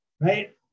right